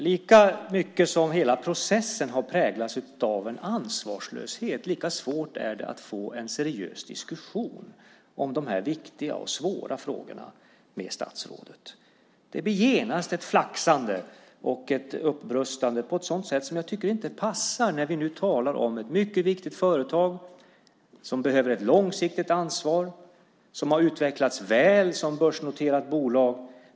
Herr talman! Lika mycket som hela processen har präglats av en ansvarslöshet, lika svårt är det att få en seriös diskussion med statsrådet om de här viktiga och svåra frågorna. Det blir genast ett flaxande och ett uppbröstande på ett sådant sätt som jag inte tycker passar när vi nu talar om ett mycket viktigt företag som behöver ett långsiktigt ansvar och som har utvecklats väl som börsnoterat bolag.